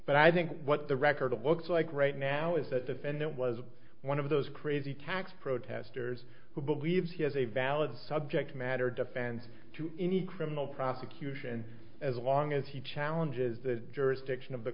but i think what the record looks like right now is that defendant was one of those crazy tax protesters who believes he has a valid subject matter defense to any criminal prosecution as long as he challenges the jurisdiction of the